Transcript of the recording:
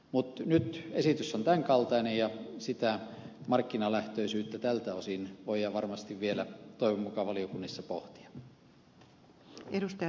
mutta nyt esitys on tämän kaltainen ja sitä markkinalähtöisyyttä tältä osin voidaan varmasti vielä toivon mukaan valiokunnissa pohtia